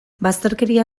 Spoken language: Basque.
bazterkeria